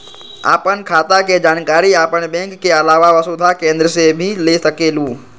आपन खाता के जानकारी आपन बैंक के आलावा वसुधा केन्द्र से भी ले सकेलु?